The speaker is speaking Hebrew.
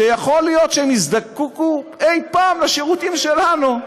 שיכול להיות שהם יזדקקו פעם לשירותים שלנו.